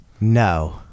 No